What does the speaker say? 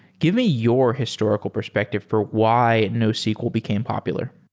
give me your historical perspective for why nosql became popular